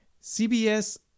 CBS